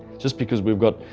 just because we have got